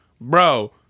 Bro